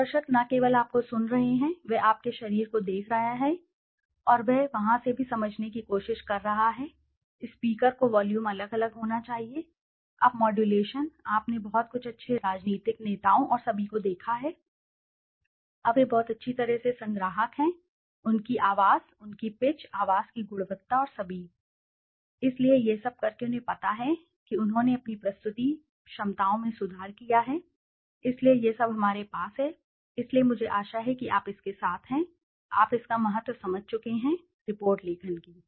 और दर्शक न केवल आपको सुन रहे हैं वह आपके शरीर को देख रहा है और वह वहां से भी समझने की कोशिश कर रहा है स्पीकर को वॉल्यूम अलग अलग होना चाहिए अब मॉड्यूलेशन आपने कुछ बहुत अच्छे नेताओं राजनीतिक नेताओं और सभी को देखा है अब वे बहुत अच्छी तरह से संग्राहक हैं उनकी आवाज़ उनकी पिच आवाज़ की गुणवत्ता और सभी इसलिए यह सब करके उन्हें पता है कि उन्होंने अपनी प्रस्तुति क्षमताओं में सुधार किया है इसलिए यह सब हमारे पास है इसलिए मुझे आशा है कि आप इसके साथ हैं आप इसका महत्व समझ चुके हैं रिपोर्ट लेखन की